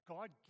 God